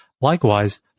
Likewise